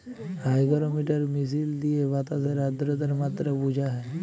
hygrometer মিশিল দিঁয়ে বাতাসের আদ্রতার মাত্রা বুঝা হ্যয়